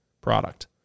Product